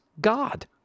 God